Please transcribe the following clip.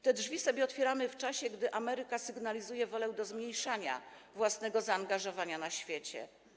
Te drzwi otwieramy sobie w czasie, gdy Ameryka sygnalizuje wolę zmniejszania własnego zaangażowania na świecie.